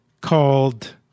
called